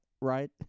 right